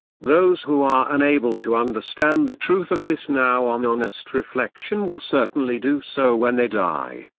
those who are unable to understand the truth of this now on honest reflection will certainly do so when they die.